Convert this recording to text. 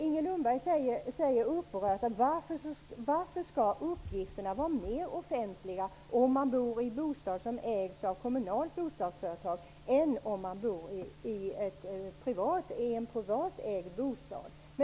Inger Lundberg frågar upprörd varför uppgifterna skall vara mer offentliga när man bor i bostad som ägs av kommunalt bostadsföretag än om man bor i en privatägd bostad.